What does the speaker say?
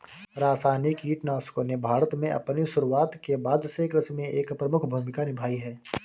रासायनिक कीटनाशकों ने भारत में अपनी शुरूआत के बाद से कृषि में एक प्रमुख भूमिका निभाई हैं